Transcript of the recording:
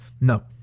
No